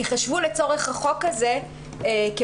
ייחשבו לצורך החוק הזה כעובדים.